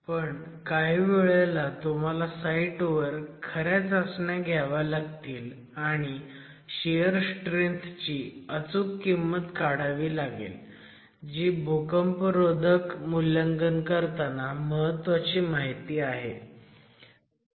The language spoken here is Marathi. पण काही वेळेला तुम्हाला साईटवर खऱ्या चाचण्या घ्याव्या लागतील आणि शियर स्ट्रेंथ ची अचूक किंमत काढावी लागेल जी भूकंपरोधक मूल्यांकन करताना महत्वाची माहिती आहे